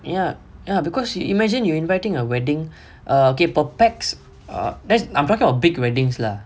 ya ya because you imagine you inviting a wedding err okay per person err I'm talking about big weddings lah